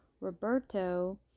Roberto